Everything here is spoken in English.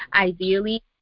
ideally